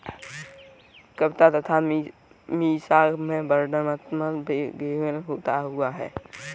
कविता तथा मीसा में वर्णनात्मक लेबल विषय के ऊपर बहस हुई